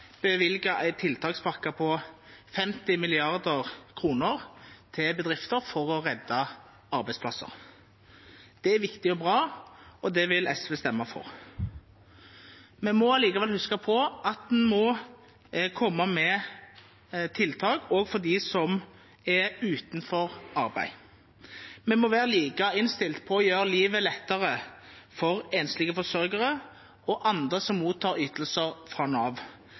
bevilge en tiltakspakke på 50 mrd. kr til bedrifter, for å redde arbeidsplasser. Det er viktig og bra, og det vil SV stemme for. Vi må likevel huske på at en må komme med tiltak også for dem som er uten arbeid. Vi må være like innstilt på å gjøre livet lettere for enslige forsørgere og andre som mottar ytelser fra Nav.